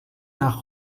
nach